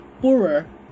poorer